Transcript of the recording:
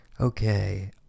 Okay